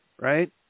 right